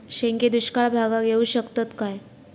शेंगे दुष्काळ भागाक येऊ शकतत काय?